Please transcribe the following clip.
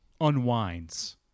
unwinds